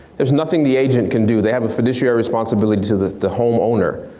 there's nothing the agent can do. they have a fiduciary responsibility to the the homeowner.